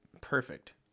perfect